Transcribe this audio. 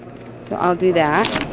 so i'll do that.